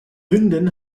hündin